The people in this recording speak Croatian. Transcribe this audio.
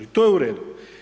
I to je u redu.